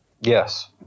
Yes